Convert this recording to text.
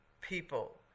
people